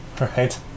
Right